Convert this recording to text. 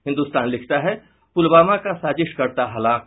हिन्दुस्तान लिखता है पुलवामा का साजिश कर्ता हलाक